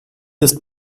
ist